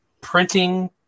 printing